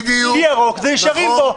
אי ירוק שנשארים בו,